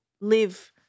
live